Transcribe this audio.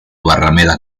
barrameda